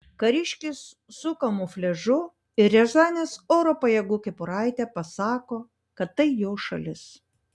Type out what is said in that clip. kariškis su kamufliažu ir riazanės oro pajėgų kepuraite pasako kad tai jo šalis